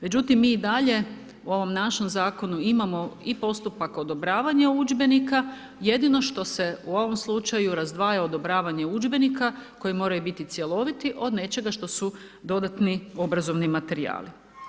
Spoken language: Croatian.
Međutim, mi i dalje u ovom našem Zakonu imamo i postupak odobravanja udžbenika, jedino što se u ovom slučaju razdvaja odobravanje udžbenika koji moraju biti cjeloviti od nečega što su dodatni obrazovni materijali.